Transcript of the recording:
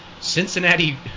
Cincinnati